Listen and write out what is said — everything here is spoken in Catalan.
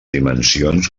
dimensions